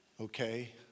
Okay